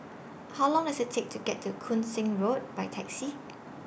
How Long Does IT Take to get to Koon Seng Road By Taxi